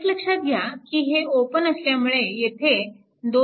एक लक्षात घ्या की हे ओपन असल्यामुळे येथे 2